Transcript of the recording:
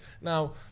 Now